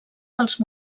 dels